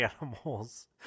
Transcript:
animals